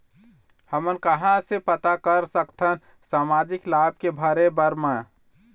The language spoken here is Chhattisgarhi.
हमन कहां से पता कर सकथन सामाजिक लाभ के भरे बर मा?